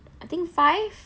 I think five